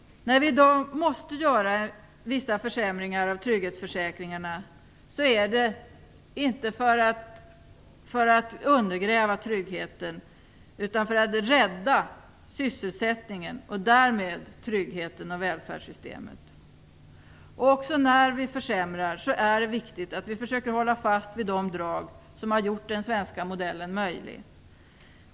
När vi i dag måste göra vissa försämringar av trygghetsförsäkringarna är det inte för att undergräva tryggheten utan för att rädda sysselsättningen och därmed tryggheten och välfärdssystemet. Också när vi försämrar är det viktigt att vi försöker hålla fast vid de drag som har gjort den svenska modellen möjlig.